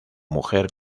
mujer